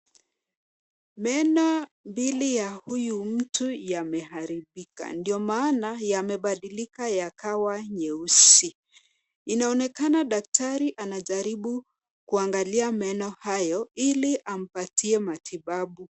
Meno mbili ya huyu mtu yameharibika na ndio maana yamebadilika yakawa nyeusi. Inaonekana daktari anajaribu kuangalia meno hayo ili ampatie matibabu.